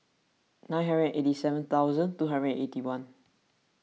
nine hundred eighty seven hundred two hundred eighty one